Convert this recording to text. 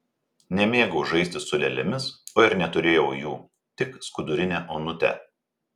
nemėgau žaisti su lėlėmis o ir neturėjau jų tik skudurinę onutę